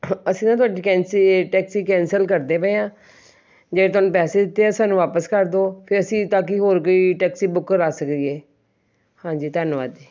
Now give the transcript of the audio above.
ਅਸੀਂ ਨਾ ਤੁਹਾਡੀ ਵੈਕੈਂਸੀ ਟੈਕਸੀ ਕੈਂਸਲ ਕਰਦੇ ਪਏ ਹਾਂ ਜਿਹੜੇ ਤੁਹਾਨੂੰ ਪੈਸੇ ਦਿੱਤੇ ਆ ਸਾਨੂੰ ਵਾਪਸ ਕਰ ਦਿਉ ਫਿਰ ਅਸੀਂ ਤਾਂ ਕਿ ਹੋਰ ਕੋਈ ਟੈਕਸੀ ਬੁੱਕ ਕਰਾ ਸਕੀਏ ਹਾਂਜੀ ਧੰਨਵਾਦ ਜੀ